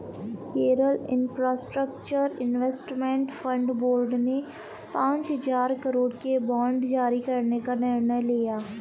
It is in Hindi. Kerala infrastructure investment fund board ने पांच हजार करोड़ के बांड जारी करने का निर्णय लिया